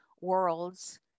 worlds